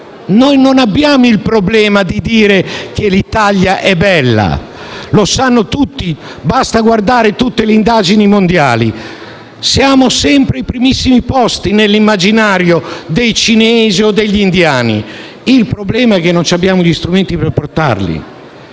Noi non abbiamo il problema di dire che l'Italia è bella. Lo sanno tutti; basta guardare tutte le indagini a livello mondiale: siamo sempre ai primissimi posti nell'immaginario dei cinesi o degli indiani. Il problema è che non abbiamo gli strumenti per rendere